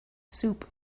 soup